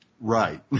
Right